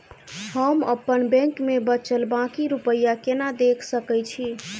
हम अप्पन बैंक मे बचल बाकी रुपया केना देख सकय छी?